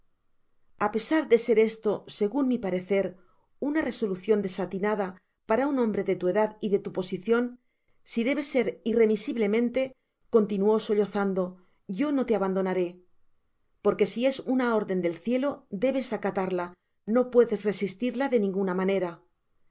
a pesar de ser esto segun mi parecer una resolucion desatinada para un hombre de tu edad y de ta posicion si debe ser irremisiblemente continuó sollo zando yo no te abandonaré porque si es una orden del cielo debes acatarla no puedes resistirla de ninguna manera